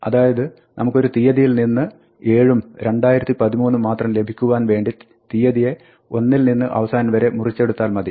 അതായത് നമുക്ക് ഒരു തിയ്യതിയിൽ നിന്ന് 7 ഉം 2013 മാത്രം ലഭിക്കുവാൻ വേണ്ടി തിയ്യതിയെ ഒന്നിൽ നിന്ന് അവസാനം വരെ മുറിച്ചെടുത്താൽ മതി